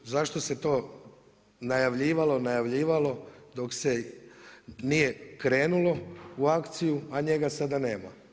Zašto se to najavljivalo, najavljivalo dok se nije krenulo u akciju a njega sada nema.